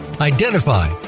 identify